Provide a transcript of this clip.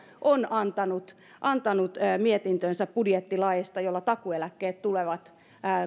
on antanut antanut mietintönsä budjettilaista jolla takuueläkkeet tulevat